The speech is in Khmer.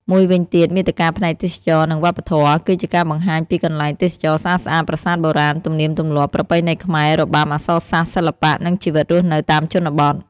មួយវិញទៀត មាតិកាផ្នែកទេសចរណ៍ និងវប្បធម៌ គឺជាការបង្ហាញពីកន្លែងទេសចរណ៍ស្អាតៗ ប្រាសាទបុរាណ ទំនៀមទម្លាប់ ប្រពៃណីខ្មែរ របាំ អក្សរសាស្ត្រ សិល្បៈ និងជីវិតរស់នៅតាមជនបទ។